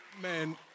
Man